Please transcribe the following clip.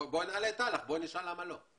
בואי נעלה את אל"ח ונשאל למה לא.